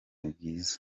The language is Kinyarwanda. bwiza